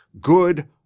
good